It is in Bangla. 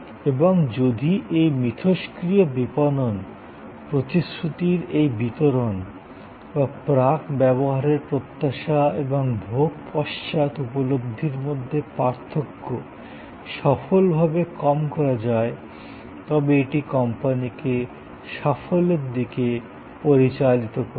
এবং যদি এই ইন্টারেক্টিভ বিপণন প্রতিশ্রূতির এই বিতরণ বা প্রাক ব্যবহারের প্রত্যাশা এবং ভোগ পশ্চাৎ উপলব্ধির মধ্যে পার্থক্য সফলভাবে কম করা যায় তবে এটি কোম্পানিকে সাফল্যের দিকে পরিচালিত করবে